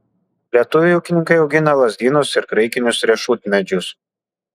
lietuviai ūkininkai augina lazdynus ir graikinius riešutmedžius